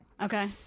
Okay